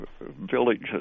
villages